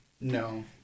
No